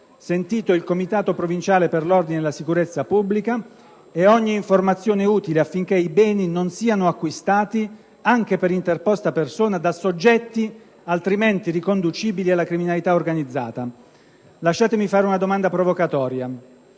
sentito il Comitato provinciale per l'ordine e la sicurezza pubblica, e ogni informazione utile affinché i beni non siano acquistati, anche per interposta persona, ...da soggetti altrimenti riconducibili alla criminalità organizzata». Lasciatemi fare una domanda provocatoria: